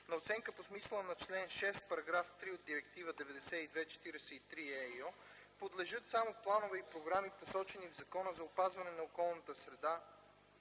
на оценка по смисъла на член 6, параграф 3 от Директива 92/43/ЕИО подлежат само планове и програми, посочени в Закона за опазване на околната среда,